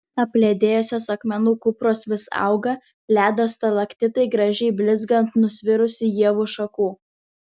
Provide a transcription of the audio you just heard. apledėjusios akmenų kupros vis auga ledo stalaktitai gražiai blizga ant nusvirusių ievų šakų